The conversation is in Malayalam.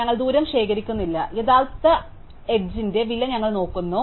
ഞങ്ങൾ ദൂരം ശേഖരിക്കുന്നില്ല യഥാർത്ഥ അറ്റത്തിന്റെ വില ഞങ്ങൾ നോക്കുന്നു